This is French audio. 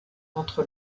entre